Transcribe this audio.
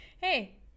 hey